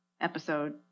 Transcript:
episode